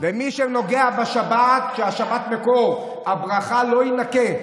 ומי שנוגע בשבת, שהשבת מקור הברכה, לא יינקה.